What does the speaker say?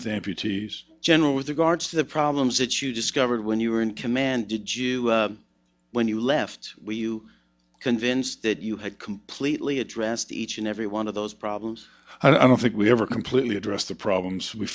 amputees general with regards to the problems that you discovered when you were in command did you when you left you convinced that you had completely addressed each and every one of those problems i don't think we ever completely address the problems we